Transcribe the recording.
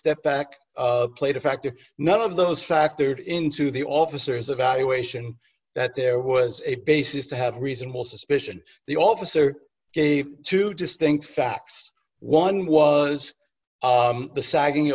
step back of played a factor none of those factored into the officers evaluation that there was a basis to have reasonable suspicion the officer gave two distinct facts one was the sagging